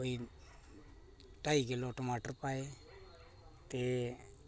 ते कोई ढाई किलो टमाटर पाए ते